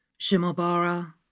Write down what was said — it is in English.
shimabara